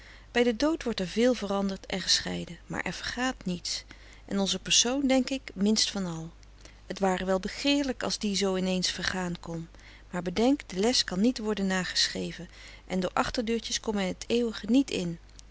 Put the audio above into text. bij den dood wordt er veel veranderd en gescheiden maar er vergaat niets en onze persoon denk ik minst van al het ware wel begeerlijk als die zoo in eens vergaan kon maar bedenk de les kan niet worden nageschreven en door achterdeurtjes komt men het eeuwige niet in